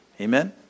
Amen